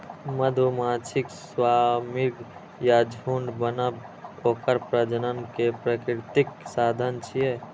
मधुमाछीक स्वार्मिंग या झुंड बनब ओकर प्रजनन केर प्राकृतिक साधन छियै